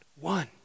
one